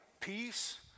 peace